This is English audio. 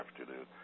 afternoon